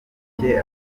cye